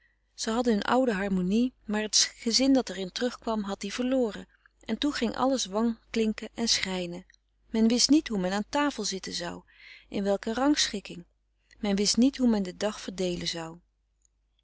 zij hadden hun oude harmonie maar het gezin dat er in terug kwam had die verloren en toen ging alles wanklinken en schrijnen men wist niet hoe men aan tafel zitten frederik van eeden van de koele meren des doods zou in welke rangschikking men wist niet hoe men den dag verdeelen zou